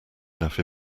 enough